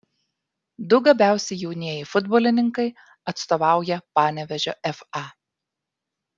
du gabiausi jaunieji futbolininkai atstovauja panevėžio fa